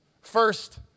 First